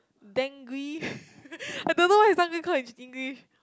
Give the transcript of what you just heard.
当归 I don't know what is 当归 called in English